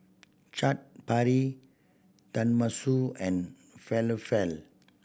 Chaat Papri Tenmusu and Falafel